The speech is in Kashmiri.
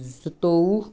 زٕتووُہ